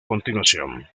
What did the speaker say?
continuación